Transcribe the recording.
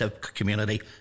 community